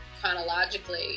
chronologically